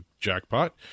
jackpot